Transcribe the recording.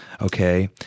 okay